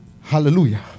Hallelujah